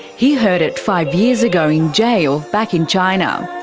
he heard it five years ago in jail back in china.